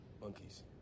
Monkeys